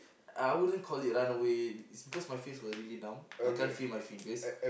I wouldn't call it run away is because my face were really numb I can't feel my fingers